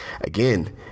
again